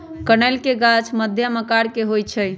कनइल के गाछ मध्यम आकर के होइ छइ